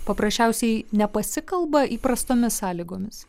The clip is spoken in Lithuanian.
paprasčiausiai nepasikalba įprastomis sąlygomis